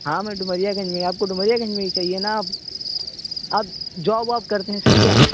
ہاں میں ڈومریا گنج میں آپ کو ڈومریا گنج میں ہی چاہیے نا آپ آپ جاب واب کرتے ہیں سر کیا